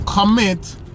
commit